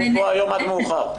אנחנו כאן היום עד שעה מאוחרת.